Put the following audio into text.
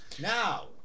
Now